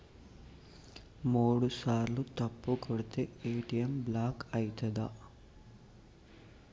మూడుసార్ల తప్పుగా కొడితే ఏ.టి.ఎమ్ బ్లాక్ ఐతదా?